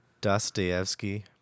Dostoevsky